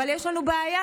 אבל יש לנו בעיה,